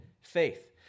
faith